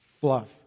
fluff